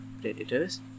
predators